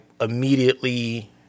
immediately